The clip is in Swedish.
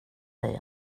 dig